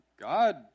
God